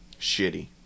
Shitty